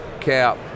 cap